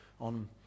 on